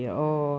ya